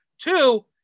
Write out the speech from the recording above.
Two